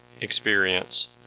experience